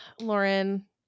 Lauren